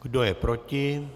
Kdo je proti?